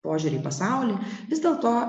požiūrį į pasaulį vis dėlto